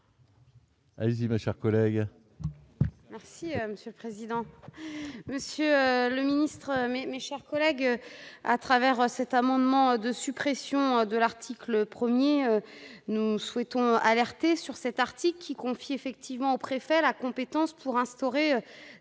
Azziman chers collègues. Ce président, monsieur le Ministre, mes, mes chers collègues, à travers cet amendement de suppression de l'article 1er nous souhaitons alerter sur cette partie qui confie effectivement au préfet la compétence pour instaurer